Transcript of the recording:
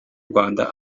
rwanda